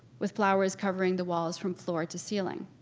with flowers covering the walls from floor to ceiling.